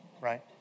right